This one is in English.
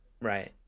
Right